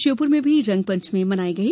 श्योपुर में भी रंगपंचमी मनाई गई